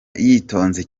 yitonze